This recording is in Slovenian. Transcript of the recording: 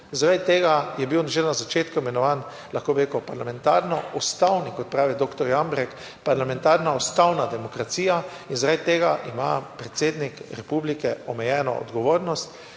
Zaradi tega je bil že na začetku imenovan, lahko bi rekel parlamentarno ustavni, kot pravi doktor Jambrek, parlamentarna ustavna demokracija in zaradi tega ima predsednik republike omejeno odgovornostjo,